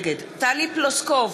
נגד טלי פלוסקוב,